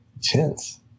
Chance